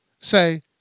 Say